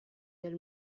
del